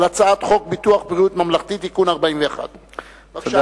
הצעת חוק ביטוח בריאות ממלכתי (תיקון מס' 41). בבקשה,